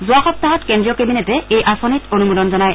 যোৱা সপ্তাহত কেন্দ্ৰীয় কেবিনেটে এই আঁচনিত অনুমোদন জনায়